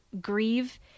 grieve